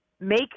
make